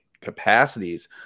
capacities